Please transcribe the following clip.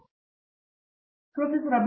professor Abhijit P